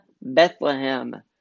Bethlehem